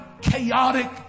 chaotic